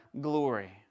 glory